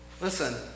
Listen